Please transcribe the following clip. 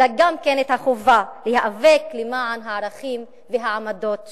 אלא גם חובה להיאבק למען הערכים והעמדות שלי.